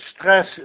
stress